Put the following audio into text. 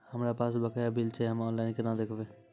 हमरा पास बकाया बिल छै हम्मे ऑनलाइन केना देखबै?